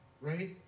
Right